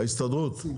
ההסתדרות.